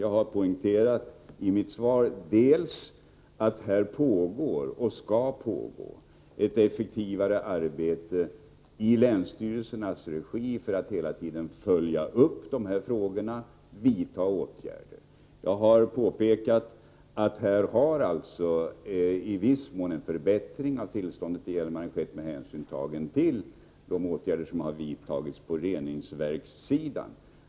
Jag har poängterat i svaret att man skall fortsätta det arbete som fortlöpande pågår i länsstyrelsernas regi för att effektivare följa upp dessa frågor och vidta åtgärder. Jag har påpekat att det i viss mån har skett en förbättring av tillståndet i Hjälmaren på grund av de åtgärder som vidtagits på reningsverkssidan.